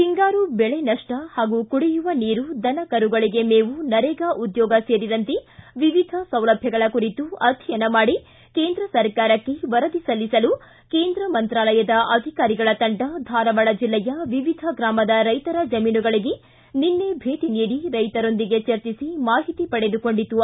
ಹಿಂಗಾರು ಬೆಳೆ ನಷ್ಟ ಹಾಗೂ ಕುಡಿಯುವ ನೀರು ದನಕರುಗಳಿಗೆ ಮೇವು ನರೇಗಾ ಉದ್ಯೋಗ ಸೇರಿದಂತೆ ವಿವಿಧ ಸೌಲಭ್ಯಗಳ ಕುರಿತು ಅಧ್ಯಯನ ಮಾಡಿ ಕೇಂದ್ರ ಸರಕಾರಕ್ಕೆ ವರದಿ ಸಲ್ಲಿಸಲು ಕೇಂದ್ರ ಮಂತ್ರಾಲಯದ ಅಧಿಕಾರಿಗಳ ತಂಡ ಧಾರವಾಡ ಜಿಲ್ಲೆಯ ವಿವಿಧ ಗ್ರಾಮದ ರೈತರ ಜಮೀನುಗಳಿಗೆ ನಿನ್ನೆ ಭೇಟ ನೀಡಿ ರೈತರೊಂದಿಗೆ ಚರ್ಚಿಸಿ ಮಾಹಿತಿ ಪಡೆದುಕೊಂಡಿತು